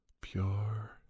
pure